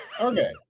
Okay